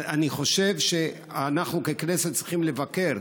אני חושב שאנחנו ככנסת צריכים לבקר,